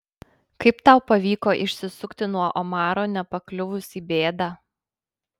kaip tau pavyko išsisukti nuo omaro nepakliuvus į bėdą